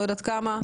לא יודעת כמה,